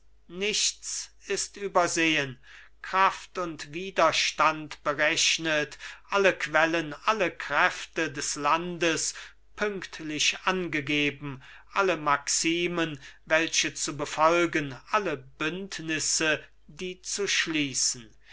nichts ist übersehen kraft und widerstand berechnet alle quellen alle kräfte des landes pünktlich angegeben alle maximen welche zu befolgen alle bündnisse die zu schließen